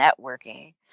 networking